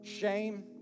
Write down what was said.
shame